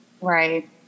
Right